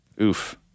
Oof